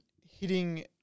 hitting